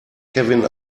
kevin